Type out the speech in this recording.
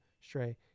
Stray